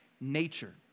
nature